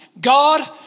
God